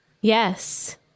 Yes